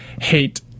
hate